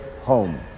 home